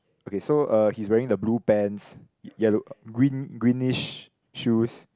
okay so uh he is wearing a blue pants yellow green greenish shoes